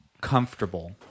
comfortable